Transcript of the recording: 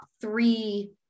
Three